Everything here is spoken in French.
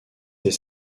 dès